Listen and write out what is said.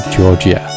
Georgia